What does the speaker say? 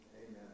Amen